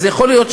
אז יכול להיות,